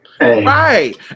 Right